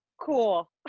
cool